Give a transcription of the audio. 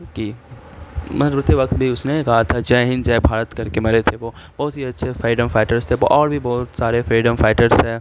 کہ مرتے وقت بھی اس نے کہا تھا جے ہند جے بھارت کر کے مرے تھے وہ بہت ہی اچھے فریڈم فائیٹرس تھے اور بھی بہت سارے فریڈم فائیٹرس ہیں